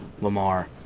Lamar